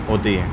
ہوتی ہے